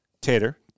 Tater